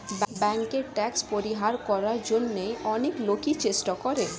ব্যাংকে ট্যাক্স পরিহার করার জন্য অনেক লোকই চেষ্টা করে